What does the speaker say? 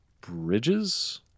Bridges